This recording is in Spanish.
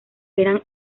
eran